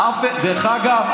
דרך אגב,